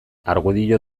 argudio